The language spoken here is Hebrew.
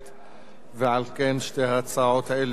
על כן שתי ההצעות האלה יורדות מסדר-היום.